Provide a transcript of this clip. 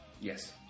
Yes